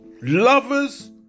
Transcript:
Lovers